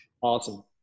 Awesome